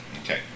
Okay